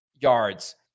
yards